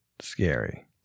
scary